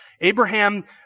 Abraham